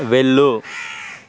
వెళ్ళు